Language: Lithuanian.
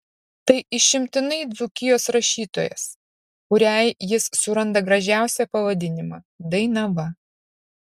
tai išimtinai dzūkijos rašytojas kuriai jis suranda gražiausią pavadinimą dainava